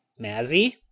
Mazzy